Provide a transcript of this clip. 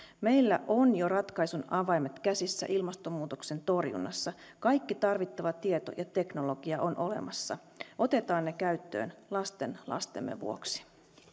meillä on jo ratkaisun avaimet käsissämme ilmastonmuutoksen torjunnassa kaikki tarvittava tieto ja teknologia on olemassa otetaan ne käyttöön lastenlastemme vuoksi